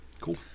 Cool